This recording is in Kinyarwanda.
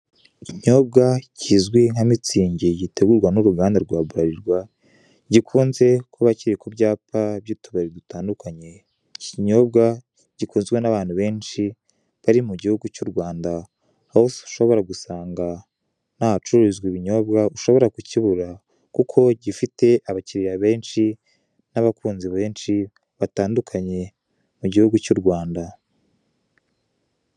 Ikinyobwa kizwi nka mitsingi gitegurwa n'uruganda rwa Burarirwa gikunze kuba kiru ku byapa by'utubari dutandukanye. Iki kinyobwa gikunzwe n'abantu benshi bari mu gihugu cy'u Rwanda aho ushobora gusanga nk'ahacururizwa ibinyobwa ushobora kukibura kuko gifite abakiliya benshi, n'abakunzi benshi, batandukanye mu gihugu cy'u Rwanda.